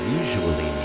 usually